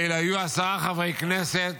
ואלה היו עשרה חברי כנסת